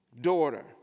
daughter